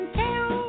tell